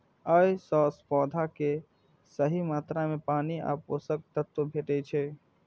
अय सं पौधा कें सही मात्रा मे पानि आ पोषक तत्व भेटै छै